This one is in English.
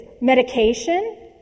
Medication